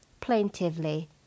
plaintively